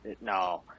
No